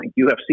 UFC